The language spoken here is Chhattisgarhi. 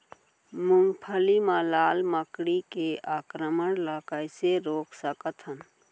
मूंगफली मा लाल मकड़ी के आक्रमण ला कइसे रोक सकत हन?